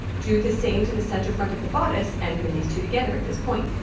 do the same to the center front of the bodice and pin these two together at this point